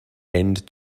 end